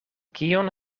kion